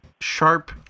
sharp